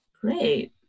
Great